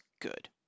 good